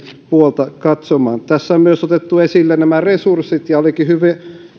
puolta katsomaan tässä on otettu esille myös nämä resurssit olikin hyvin